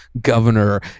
governor